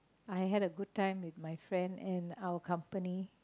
I had a good time with my friend and our company